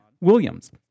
Williams